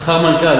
שכר מנכ"ל,